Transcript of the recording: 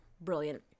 brilliant